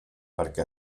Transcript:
perquè